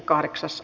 asia